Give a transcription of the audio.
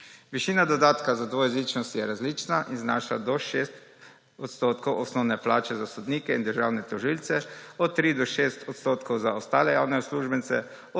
Višina dodatka za dvojezičnost je različna in znaša do 6 odstotkov osnovne plače za sodnike in državne tožilce, od 3 do 6 odstotkov za ostale javne uslužbence,